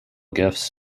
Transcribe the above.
gifts